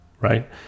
right